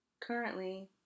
currently